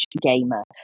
gamer